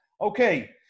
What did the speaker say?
Okay